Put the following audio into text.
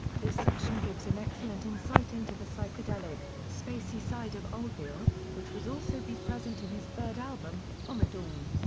this section gives an excellent insight into the psychedelic, spacey side of oldfield, which was also be present in his third album, ommadawn.